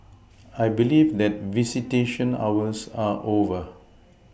I believe that visitation hours are over